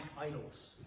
idols